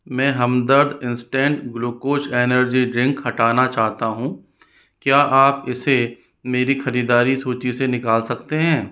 मैं Hamdard instant glucose energy drink हटाना चाहता हूँ क्या आप इसे मेरी ख़रीदारी सूची से निकाल सकते हैं